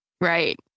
Right